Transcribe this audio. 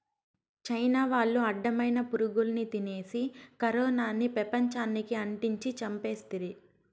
China వాళ్లు అడ్డమైన పురుగుల్ని తినేసి కరోనాని పెపంచానికి అంటించి చంపేస్తిరి